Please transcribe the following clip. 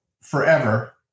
forever